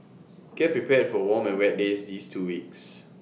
get prepared for warm and wet days these two weeks